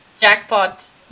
jackpot